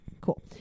Cool